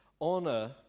Honor